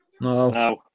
No